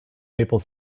maple